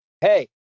Hey